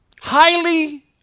Highly